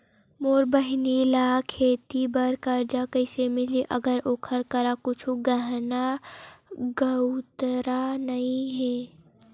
मोर बहिनी ला खेती बार कर्जा कइसे मिलहि, अगर ओकर करा कुछु गहना गउतरा नइ हे?